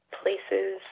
places